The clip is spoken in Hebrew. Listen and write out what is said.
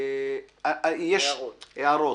יש הערות?